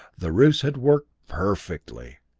the ruse had worked perfectly!